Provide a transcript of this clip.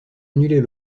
annuler